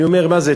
אני אומר, מה זה?